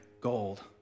gold